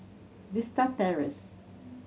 Vista Terrace